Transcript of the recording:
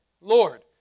Lord